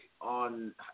on